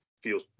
feels